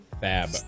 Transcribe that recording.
fab